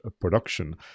production